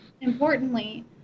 importantly